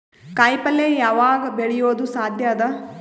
ಕಾಯಿಪಲ್ಯ ಯಾವಗ್ ಬೆಳಿಯೋದು ಸಾಧ್ಯ ಅದ?